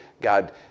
God